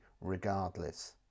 regardless